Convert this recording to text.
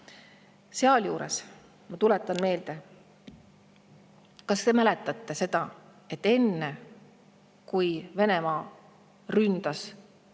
Sealjuures ma tuletan meelde – kas te mäletate seda? –, et enne, kui Venemaa ründas oma